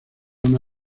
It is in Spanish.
una